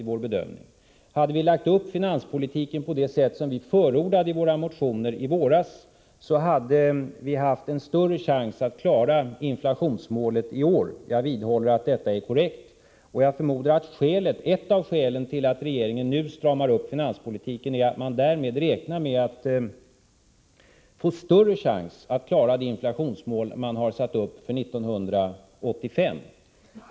Hade finanspolitiken lagts upp på det sätt som vi förordade i våra motioner i våras, hade man haft en större chans att klara inflationsmålet i år. Jag vidhåller att detta är korrekt. Jag förmodar att ett av skälen till att regeringen nu stramar upp finanspolitiken är att den därmed räknar med att få större chans att klara det inflationsmål som har satts upp för 1985.